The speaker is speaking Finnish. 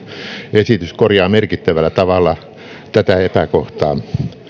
esitys korjaa merkittävällä tavalla tätä epäkohtaa